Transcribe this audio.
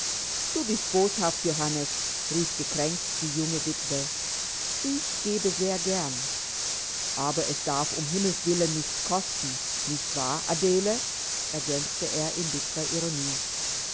du bist boshaft johannes rief gekränkt die junge witwe ich gebe sehr gern aber es darf mich ums himmelswillen nichts kosten nicht wahr adele ergänzte er in bitterer ironie